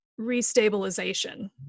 restabilization